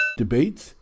Debates